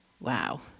Wow